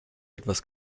etwas